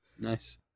nice